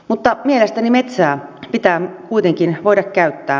mutta mielestäni metsää pitää kuitenkin voida käyttää